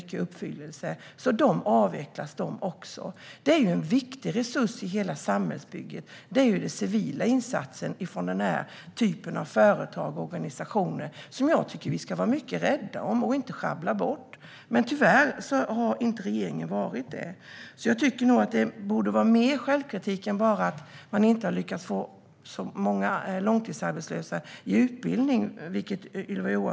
De civila insatserna från denna typ av företag och organisationer är en viktig resurs i hela samhällsbygget, och den tycker jag att vi ska vara rädda om och inte sjabbla bort. Men tyvärr har regeringen inte varit rädd om den. Regeringen borde inte bara vara självkritisk till att man inte har lyckats få så många långtidsarbetslösa i utbildning.